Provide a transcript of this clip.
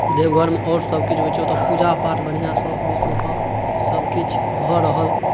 देवघरमे आओर सबकिछु होइ छै ओतऽ पूजापाठ बढ़िआँसँ विश्वके सबकिछु भऽ रहल